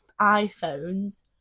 iPhones